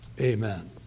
Amen